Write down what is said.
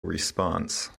response